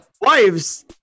wives